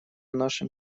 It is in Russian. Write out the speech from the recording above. нашим